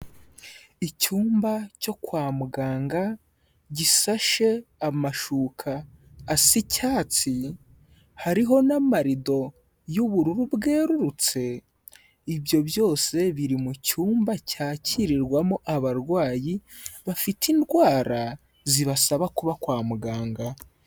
Icyumba cyo kwa muganga, gisashe amashuka asa icyatsi, hariho n'amarido y'ubururu bwerurutse, ibyo byose biri mu cyumba cyakirirwamo abarwayi bafite indwara, zibasaba kuba kwa muganga.